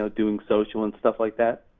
ah doing social and stuff like that,